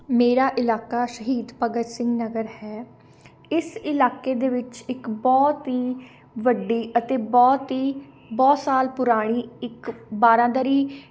ਮੇਰਾ ਇਲਾਕਾ ਸ਼ਹੀਦ ਭਗਤ ਸਿੰਘ ਨਗਰ ਹੈ ਇਸ ਇਲਾਕੇ ਦੇ ਵਿੱਚ ਇੱਕ ਬਹੁਤ ਹੀ ਵੱਡੀ ਅਤੇ ਬਹੁਤ ਹੀ ਬਹੁਤ ਸਾਲ ਪੁਰਾਣੀ ਇੱਕ ਬਾਰਾਂਦਰੀ